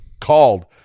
called